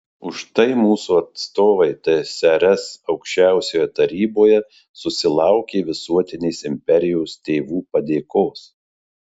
už tai mūsų atstovai tsrs aukščiausiojoje taryboje susilaukė visuotinės imperijos tėvų padėkos